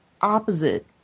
opposite